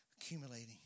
accumulating